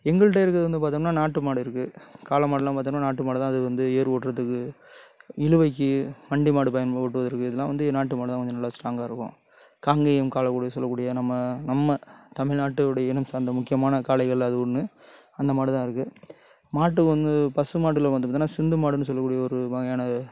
எங்கள்கிட்ட இருக்கிறது வந்து பார்த்தோம்னா நாட்டு மாடு இருக்கு காளை மாடுலாம் பார்த்தோம்னா நாட்டு மாடு தான் அது வந்து ஏறு ஓட்டுறதுக்கு இழுவைக்கு வண்டி மாடு பயன் ப ஓட்டுவதற்கு இதெல்லாம் வந்து நாட்டு மாடு தான் கொஞ்சம் நல்லா ஸ்ட்ராங்காக இருக்கும் காங்கையம் காளை கூட சொல்லக்கூடிய நம்ம நம்ம தமிழ்நாட்டு உடை இனம் சார்ந்த முக்கியமான காளைகளில அது ஒன்று அந்த மாடு தான் இருக்கு மாட்டுக்கு வந்து பசு மாடுல வந்து பார்த்தோம்னா சிந்து மாடுன்னு சொல்லக்கூடிய ஒரு வகையான